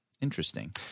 interesting